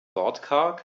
wortkarg